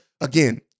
again